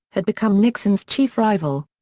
had become nixon's chief rival.